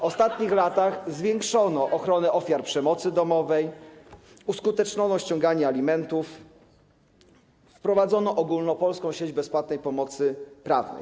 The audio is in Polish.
W ostatnich latach zwiększono ochronę ofiar przemocy domowej, uskuteczniono ściąganie alimentów, wprowadzono ogólnopolską sieć bezpłatnej pomocy prawnej.